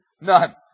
None